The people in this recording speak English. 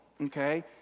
okay